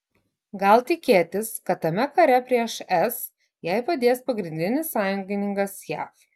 gal tikėtis kad tame kare prieš es jai padės pagrindinis sąjungininkas jav